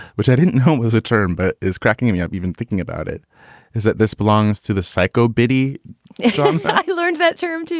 which i didn't know um was a term, but is cracking me up, even thinking about it is that this belongs to the psycho bidi so i learned that term,